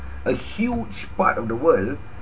a huge part of the world